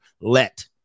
Let